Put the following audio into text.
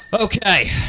Okay